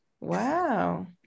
Wow